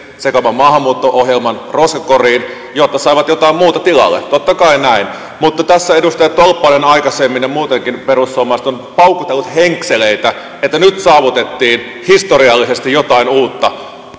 sekä oman maahanmuutto ohjelman roskakoriin jotta saivat jotain muuta tilalle totta kai näin mutta tässä edustaja tolppanen aikaisemmin paukutteli ja muutenkin perussuomalaiset ovat paukutelleet henkseleitä että nyt saavutettiin historiallisesti jotain uutta